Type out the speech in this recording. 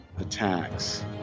attacks